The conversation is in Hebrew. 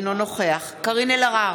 אינו נוכח קארין אלהרר,